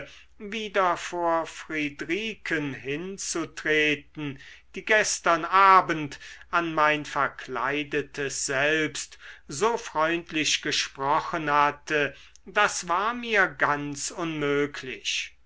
wieder vor friedriken hinzutreten die gestern abend an mein verkleidetes selbst so freundlich gesprochen hatte das war mir ganz unmöglich